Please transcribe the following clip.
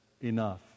enough